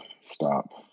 stop